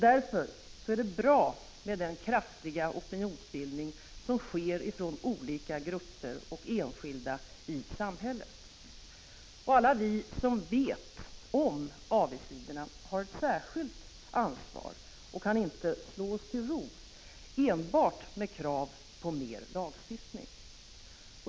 Därför är det bra med den kraftiga opinionsbildning som sker från olika grupper och enskilda i samhället. Alla vi som vet om avigsidorna har ett särskilt ansvar och kan inte slå oss till ro enbart med krav på mer lagstiftning.